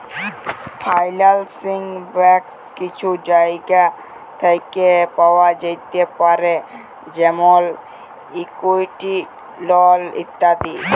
ফাইলালসিং ব্যাশ কিছু জায়গা থ্যাকে পাওয়া যাতে পারে যেমল ইকুইটি, লল ইত্যাদি